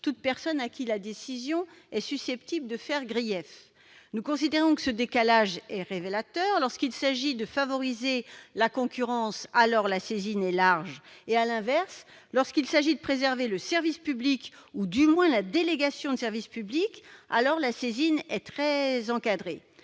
toute personne à qui la décision est susceptible de faire grief ». Nous considérons que ce décalage est révélateur : lorsqu'il s'agit de favoriser la concurrence, la saisine est large ; à l'inverse, lorsqu'il s'agit de préserver le service public ou, du moins, la délégation de service public, elle est très encadrée.